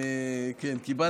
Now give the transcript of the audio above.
קיבלת שמית.